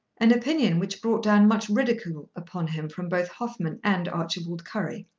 an opinion which brought down much ridicule upon him from both hoffmann and archibald currie.